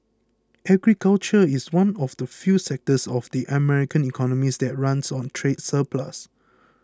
agriculture is one of the few sectors of the American economy that runs a trade surplus